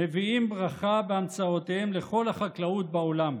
מביאים ברכה בהמצאותיהם לכל החקלאות בעולם.